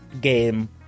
game